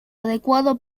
adecuado